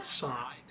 side